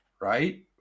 Right